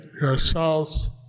yourselves